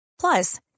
Plus